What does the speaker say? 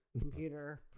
Computer